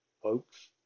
Folks